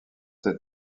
ces